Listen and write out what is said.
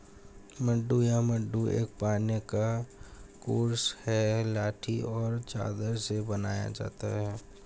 मड्डू या मड्डा एक पानी का कोर्स है लाठी और चादर से बनाया जाता है